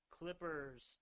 Clippers